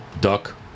Duck